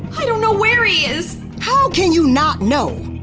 i don't know where he is! how can you not know?